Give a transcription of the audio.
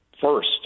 first